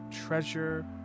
treasure